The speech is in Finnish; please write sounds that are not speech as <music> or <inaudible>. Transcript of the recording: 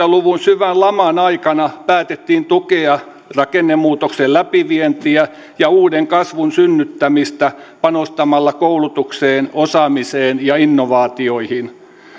<unintelligible> luvun syvän laman aikana päätettiin tukea rakennemuutoksen läpivientiä ja uuden kasvun synnyttämistä panostamalla koulutukseen osaamiseen ja innovaatioihin